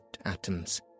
atoms